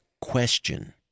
question